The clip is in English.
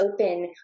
open